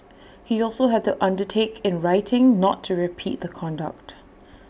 he also had to undertake in writing not to repeat the conduct